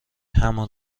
همان